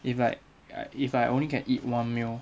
if like if I only can eat one meal